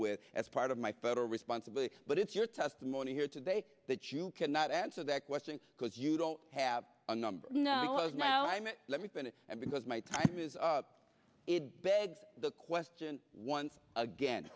with as part of my federal responsibility but it's your testimony here today that you cannot answer that question because you don't have a number no no i mean let me finish because my time is it begs the question once again